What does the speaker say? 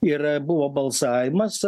ir buvo balsavimas